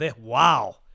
wow